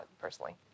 personally